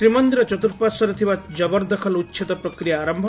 ଶ୍ରୀମନ୍ଦିର ଚତ୍ରଃପାଶ୍ୱରେ ଥିବା ଜବରଦଖଲ ଉଛେଦ ପ୍ରକ୍ରିୟା ଆରମ୍ନ